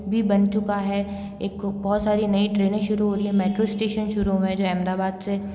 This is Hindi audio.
भी बन चुका है एक बहुत सारी नई ट्रेनें शुरू हो रही हैं मेट्रो स्टेशन शुरू हुए हैं जो अहमदाबाद से